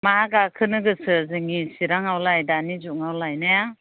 मा गाखोनो गोसो जोंनि चिराङावलाय दानि जुगावलाय ने